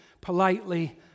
politely